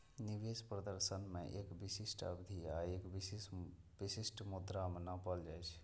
निवेश प्रदर्शन कें एक विशिष्ट अवधि आ एक विशिष्ट मुद्रा मे नापल जाइ छै